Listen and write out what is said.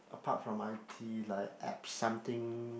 apart from I_T like app something